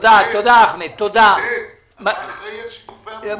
שלום אדוני היושב-ראש.